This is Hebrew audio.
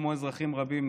כמו אזרחים רבים,